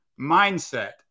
Mindset